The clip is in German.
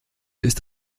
ist